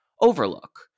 Overlook